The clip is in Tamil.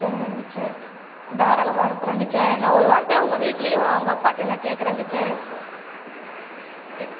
சரிங்க டீச்சர் தாராளமாக அனுப்புகிறேன் டீச்சர் நான் ஒரு வார்த்தை அவங்க வீட்டிலையும் அவங்க அப்பாட்டே நான் கேட்குறேன் டீச்சர் கேக்